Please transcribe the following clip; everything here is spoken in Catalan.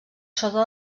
sota